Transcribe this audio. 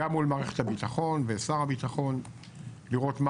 גם מול מערכת הביטחון ושר הביטחון לראות מה